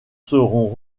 seront